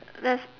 let's